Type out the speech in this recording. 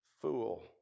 fool